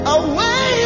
away